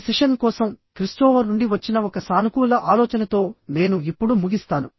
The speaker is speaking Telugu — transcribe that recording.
ఈ సెషన్ కోసం క్రిస్టోఫర్ నుండి వచ్చిన ఒక సానుకూల ఆలోచనతో నేను ఇప్పుడు ముగిస్తాను